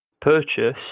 purchase